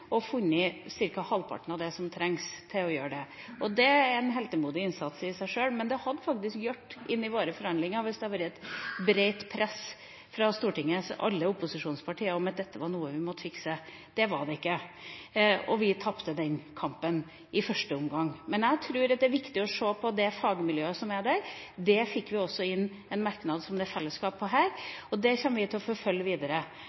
og funnet ca. halvparten av det som trengs til å gjøre det. Det er en heltemodig innsats i seg sjøl, men det hadde faktisk hjulpet inn i våre forhandlinger hvis det hadde vært et bredt press fra Stortinget – alle opposisjonspartiene – om at dette var noe vi måtte fikse. Det var det ikke, og vi tapte den kampen i første omgang. Men jeg tror at det er viktig å se på det fagmiljøet som er der. Der fikk vi også inn en merknad som det er enighet om her, og det kommer vi til å forfølge videre.